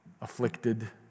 afflicted